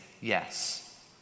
yes